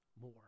more